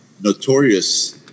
notorious